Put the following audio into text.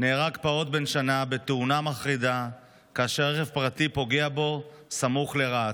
נהרג פעוט בן שנה בתאונה מחרידה כאשר רכב פרטי פגע בו סמוך לרהט.